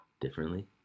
differently